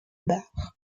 bar